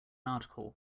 article